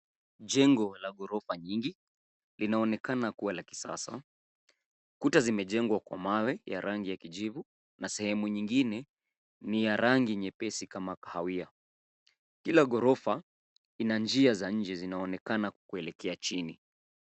Jengo la ghorofa hili linaonekana kuwa la kisasa. Kuta zimejengwa kwa mawe ya rangi ya kijivu na sehemu nyingine ni ya rangi nyepesi kama kahawia. Kila ghorofa ina njia za nje zinaonekana kuelekea chini.